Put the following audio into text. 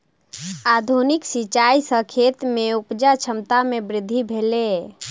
आधुनिक सिचाई सॅ खेत में उपजा क्षमता में वृद्धि भेलै